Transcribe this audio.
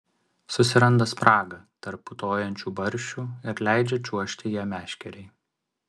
susiranda spragą tarp putojančių barščių ir leidžia čiuožti ja meškerei